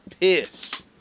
piss